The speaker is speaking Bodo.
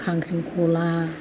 खांख्रिखला